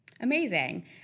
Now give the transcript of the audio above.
amazing